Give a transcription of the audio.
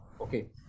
Okay